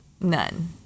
None